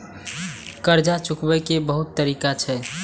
कर्जा चुकाव के बहुत तरीका छै?